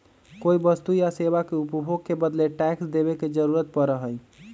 कोई वस्तु या सेवा के उपभोग के बदले टैक्स देवे के जरुरत पड़ा हई